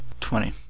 twenty